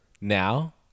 Now